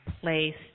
place